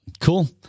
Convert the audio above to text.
Cool